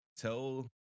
tell